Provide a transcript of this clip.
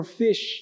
fish